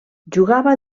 jugava